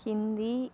Hindi